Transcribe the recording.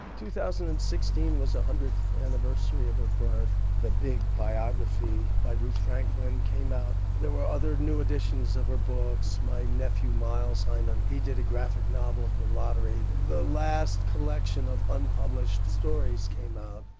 two thousand and sixteen was the hundredth anniversary of her birth. the big biography by ruth franklin came out, there were other new editions of her books, my nephew miles hyman, he did a graphic novel of the lottery, the last collection of unpublished stories came out.